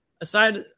aside